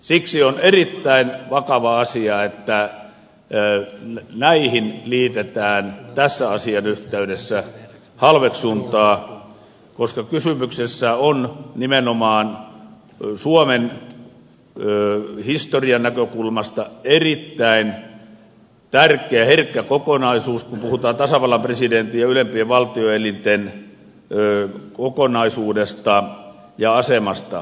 siksi on erittäin vakava asia että näihin liitetään tämän asian yhteydessä halveksuntaa koska kysymyksessä on nimenomaan suomen historian näkökulmasta erittäin tärkeä herkkä kokonaisuus kun puhutaan tasavallan presidentin ja ylempien valtioelinten kokonaisuudesta ja asemasta